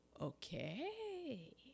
okay